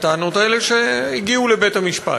לטענות האלה, שהגיעו לבית-המשפט.